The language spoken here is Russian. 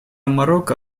марокко